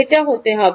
data হতে হবে